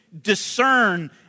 discern